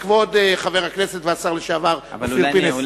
כבוד חבר הכנסת והשר לשעבר אופיר פינס.